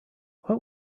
what